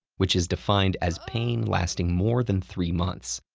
which is defined as pain lasting more than three months.